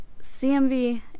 CMV